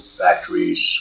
factories